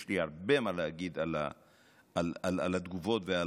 יש לי הרבה מה להגיד על התגובות ועל